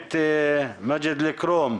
המקומית מג'ד אל-כרום.